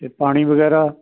ਅਤੇ ਪਾਣੀ ਵਗੈਰਾ